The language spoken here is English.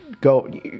go